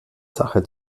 sache